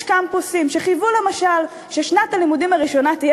יש קמפוסים שחייבו למשל ששנת הלימודים הראשונה תהיה